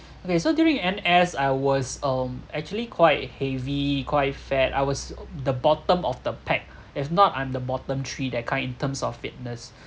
okay so during N_S I was um actually quite heavy quite fat I was the bottom of the pack if not I'm the bottom three that kind in terms of fitness